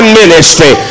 ministry